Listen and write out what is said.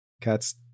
cats